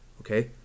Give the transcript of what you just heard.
okay